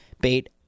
bait